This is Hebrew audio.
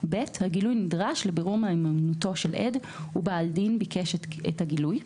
(ב)הגילוי נדרש לבירור מהימנותו של עד ובעל דין ביקש את הגילוי.